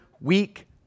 weak